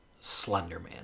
Slenderman